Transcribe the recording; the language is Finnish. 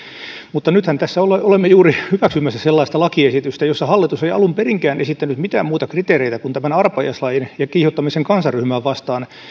mutta nythän tässä olemme juuri hyväksymässä sellaista lakiesitystä jossa hallitus ei alun perinkään esittänyt mitään muita kriteereitä kuin tämän arpajaislain ja kiihottamisen kansanryhmää vastaan